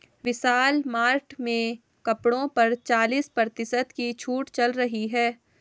विशाल mart में कपड़ों पर चालीस प्रतिशत की छूट चल रही है